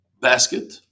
basket